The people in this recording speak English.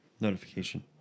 Notification